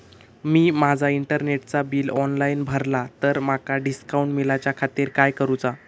मी माजा इंटरनेटचा bill online भरला तर माका डिस्काउंट मिलाच्या खातीर काय करुचा?